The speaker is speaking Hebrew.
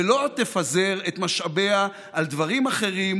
ולא תפזר את משאביה על דברים אחרים,